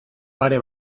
pare